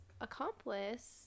accomplice